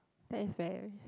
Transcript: that is very